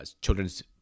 children's